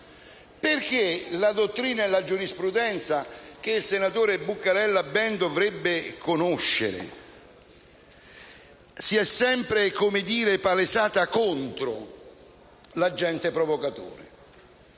perché la giurisprudenza, che il senatore Buccarella ben dovrebbe conoscere, si è sempre palesata contro l'agente provocatore?